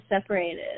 separated